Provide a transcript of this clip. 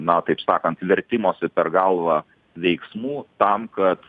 na taip sakant vertimosi per galvą veiksmų tam kad